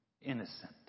innocent